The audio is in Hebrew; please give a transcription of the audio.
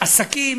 עסקים,